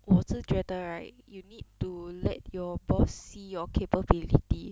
我是觉得 right you need to let your boss see your capability